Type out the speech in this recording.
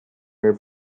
were